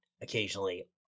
occasionally